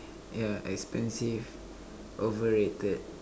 yeah expensive overrated